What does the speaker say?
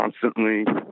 constantly